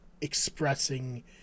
expressing